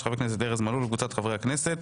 של חבר הכנסת ארז מלול וקבוצת חברי כנסת.